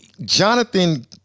jonathan